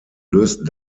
löst